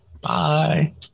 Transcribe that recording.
Bye